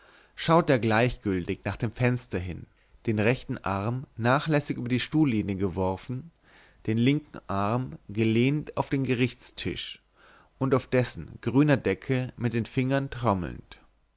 schaute er gleichgültig nach dem fenster hin den rechten arm nachlässig über die stuhllehne geworfen den linken arm gelehnt auf den gerichtstisch und auf dessen grüner decke mit den fingern trommelnd